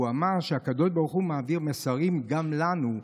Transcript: הוא אמר שהקדוש ברוך הוא מעביר מסרים גם לנו,